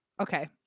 Okay